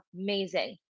amazing